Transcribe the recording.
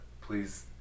Please